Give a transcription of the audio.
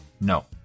No